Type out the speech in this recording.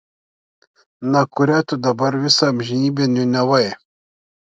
na kurią tu dabar visą amžinybę niūniavai